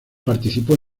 participó